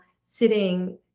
sitting